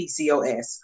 pcos